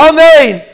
Amen